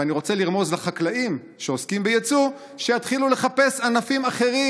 ואני רוצה לרמוז לחקלאים שעוסקים ביצוא שיתחילו לחפש ענפים אחרים,